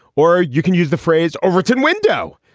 or you can use the phrase overton window,